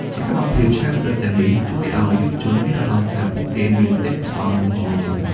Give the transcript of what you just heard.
សកម្មភាពច្នៃប្រឌិតទាំងនេះជួយឱ្យយុវជនមានអារម្មណ៍ថាពួកគេមានទេពកោសល្យ និងជំនាញ។